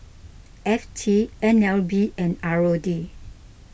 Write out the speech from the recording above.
F T N L B and R O D